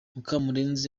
mukamurenzi